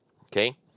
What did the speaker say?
okay